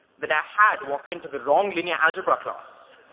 that ah had walked into the wrong linear algebra class,